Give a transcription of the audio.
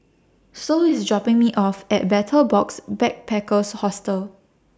Sol IS dropping Me off At Betel Box Backpackers Hostel